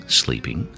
sleeping